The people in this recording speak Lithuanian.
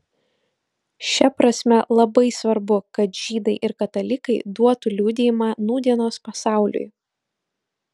šia prasme labai svarbu kad žydai ir katalikai duotų liudijimą nūdienos pasauliui